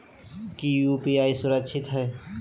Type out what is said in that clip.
की यू.पी.आई सुरक्षित है?